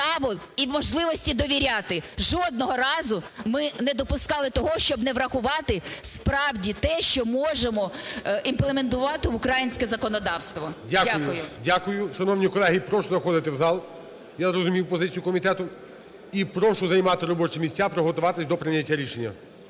Дякую. Шановні колеги, прошу заходити в зал. Я зрозумів позицію комітету. І прошу займати робочі місця, приготуватися до прийняття рішення.